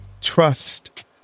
trust